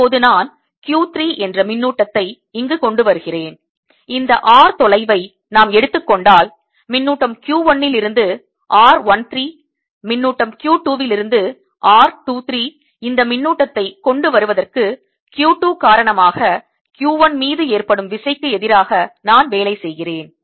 இப்போது நான் Q 3 என்ற மின்னூட்டத்தை இங்குக்கொண்டு வருகிறேன் இந்த r தொலைவை நாம் எடுத்துக் கொண்டால் மின்னூட்டம் Q 1லிருந்து r 1 3 மின்னூட்டம் Q 2லிருந்து r 2 3 இந்த மின்னூட்டத்தை கொண்டு வருவதற்கு Q 2 காரணமாக Q 1 மீது ஏற்படும் விசைக்கு எதிராக நான் வேலை செய்கிறேன்